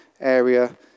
area